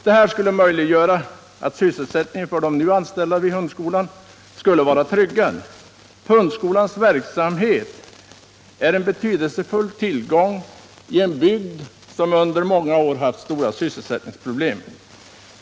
Detta skulle möjliggöra att sysselsättningen för de nu anställda vid hundskolan skulle vara tryggad. Hundskolans verksamhet är en betydelsefull tillgång i en bygd som under många år haft stora sysselsättningsproblem.